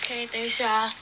okay 等一下 ah